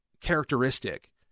characteristic